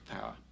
power